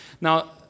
Now